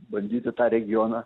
bandyti tą regioną